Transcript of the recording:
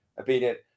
obedient